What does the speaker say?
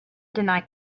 deny